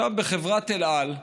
בחברת אל על,